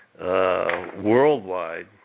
worldwide